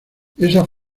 esas